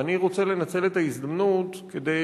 ואני רוצה לנצל את ההזדמנות כדי,